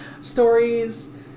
stories